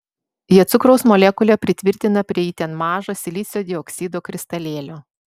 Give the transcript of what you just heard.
jie cukraus molekulę pritvirtina prie itin mažo silicio dioksido kristalėlio